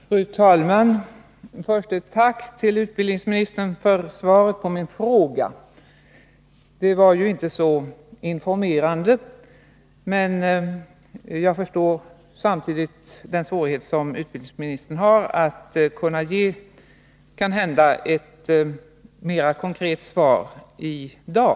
Fru talman! Först ett tack till utbildningsministern för svaret på min fråga. Det var ju inte så informerande, men jag förstår samtidigt att det är svårt för utbildningsministern att ge ett kanhända mera konkret svar i dag.